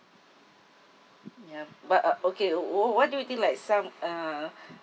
ya but uh okay wh~ what do you think like some uh